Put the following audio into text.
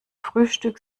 frühstück